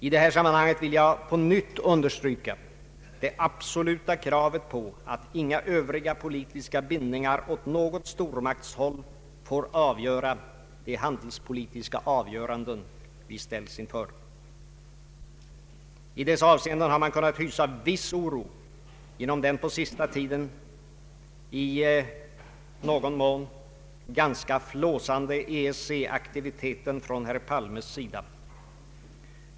I detta sammanhang vill jag på nytt understryka det absoluta kravet på att inga övriga politiska bindningar åt något stormaktshåll får avgöra de handelspolitiska beslut vi ställs inför. I dessa avseenden har man kunnat hysa viss oro till följd av den på senaste tiden i viss mån ganska flåsande EEC aktiviteten från herr Palmes sida.